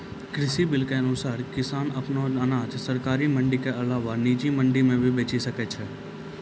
कृषि बिल के अनुसार किसान अप्पन अनाज सरकारी मंडी के अलावा निजी मंडी मे भी बेचि सकै छै